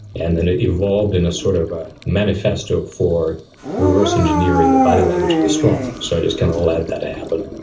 and then it evolved in a sort of ah manifesto for reverse engineering the body language of the strong. so i just kind of let that happen.